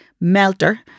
melter